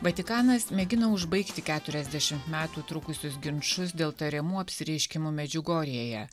vatikanas mėgina užbaigti keturiasdešim metų trukusius ginčus dėl tariamų apsireiškimų medžiugorjėje